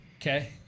Okay